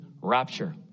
rapture